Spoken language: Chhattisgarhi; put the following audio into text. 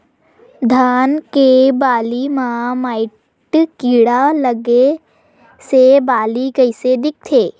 धान के बालि म माईट कीड़ा लगे से बालि कइसे दिखथे?